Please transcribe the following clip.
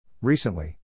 Recently